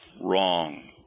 wrong